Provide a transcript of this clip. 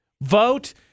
Vote